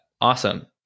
awesome